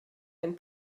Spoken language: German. ein